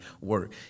work